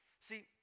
See